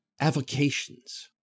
Avocations